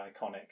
iconic